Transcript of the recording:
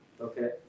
Okay